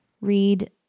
read